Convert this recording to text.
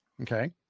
Okay